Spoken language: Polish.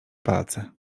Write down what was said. palce